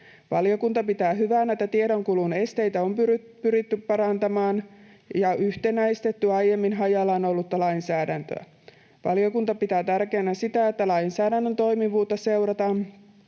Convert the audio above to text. Valiokunta pitää hyvänä, että tiedonkulun esteitä on pyritty purkamaan ja on yhtenäistetty aiemmin hajallaan ollutta lainsäädäntöä. Valiokunta pitää tärkeänä sitä, että lainsäädännön toimivuutta seurataan